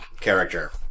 character